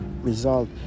result